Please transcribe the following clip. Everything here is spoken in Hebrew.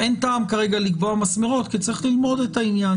אין טעם כרגע לקבוע מסמרות כי צריך ללמוד את העניין,